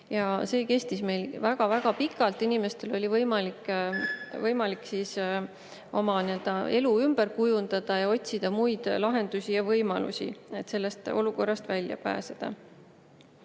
See kestis meil väga-väga pikalt, inimestel oli võimalik oma elu ümber kujundada, otsida muid lahendusi ja võimalusi, et sellest olukorrast välja pääseda.